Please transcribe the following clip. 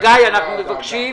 גיא, אנחנו מבקשים,